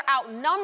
outnumbered